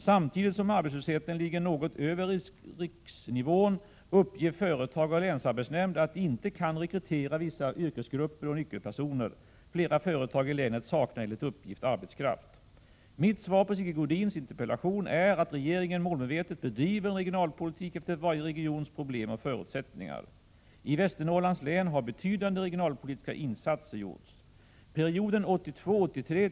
Samtidigt som arbetslösheten ligger något över riksnivån uppger företag och länsarbetsnämnd att de inte kan rekrytera vissa yrkesgrupper och nyckelpersoner. Flera företag i länet saknar enligt uppgift arbetskraft. Mitt svar på Sigge Godins interpellation är att regeringen målmedvetet bedriver en regionalpolitik efter varje regions problem och förutsättningar. I Västernorrlands län har betydande regionalpolitiska insatser gjorts. Under perioden 1982/83t.o.m.